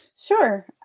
Sure